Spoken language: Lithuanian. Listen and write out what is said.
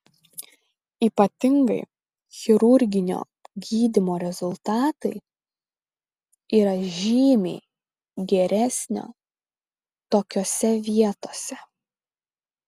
ypatingai chirurginio gydymo rezultatai yra žymiai geresnio tokiose vietose